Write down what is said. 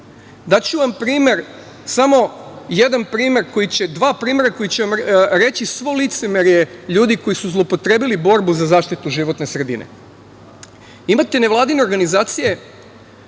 a nismo. Daću vam dva primera koja će vam reći svo licemerje ljudi koji su zloupotrebili borbu za zaštitu životne sredine. Imate nevladine organizacije